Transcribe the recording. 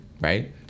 right